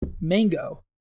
Mango